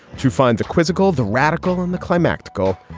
to find the quizzical, the radical and the climactic go.